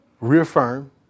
reaffirm